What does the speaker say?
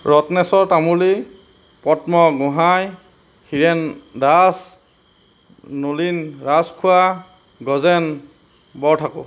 Ratneswar Tamuli Padma Gohain Hiren Das Nulin Rajkhowa Gajen Borthakur